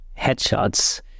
headshots